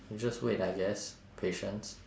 you just wait I guess patience